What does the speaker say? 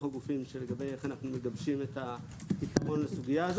הגופים לגבי איך אנחנו מגבשים את כול הסוגיה הזאת.